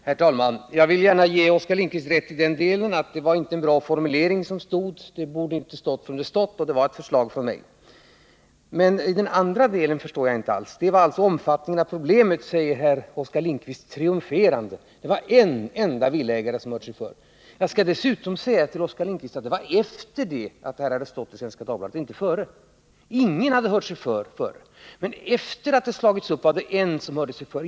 Herr talman! Jag vill gärna ge Oskar Lindkvist rätt i den delen att det inte var en bra formulering; det borde inte ha stått som det stod i svaret, och det var fråga om ett förslag från mig. Men den andra delen förstår jag inte alls. ”Den är alltså omfattningen av det här problemet”, säger Oskar Lindkvist triumferande — det är bara en enda villaägare som hört sig för. Jag skall dessutom säga till Oskar Lindkvist att detta skedde efter, och inte innan, detta hade stått i Svenska Dagbladet. Ingen hade hört sig för tidigare, men efter det att saken slagits upp var det en som hörde sig för.